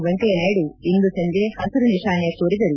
ವೆಂಕಯ್ಯನಾಯ್ಡು ಇಂದು ಸಂಜೆ ಹಸಿರು ನಿಶಾನೆ ತೋರಿದರು